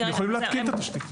הם יכולים להתקין את התשתית.